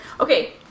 okay